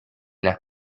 las